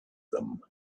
them